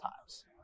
times